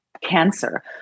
cancer